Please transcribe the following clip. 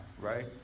right